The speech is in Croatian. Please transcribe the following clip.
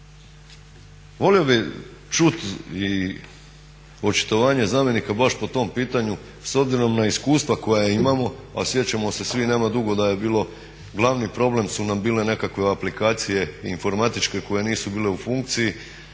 Volio bi čut i očitovanje zamjenika baš po tom pitanju s obzirom na iskustva koja imamo a sjećamo se svi nema dugo da je bio, glavni problem su nam bile nekakve aplikacije informatičke koje nisu bile u funkciji